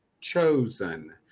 chosen